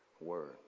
Word